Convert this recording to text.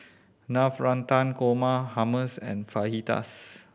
Navratan Korma Hummus and Fajitas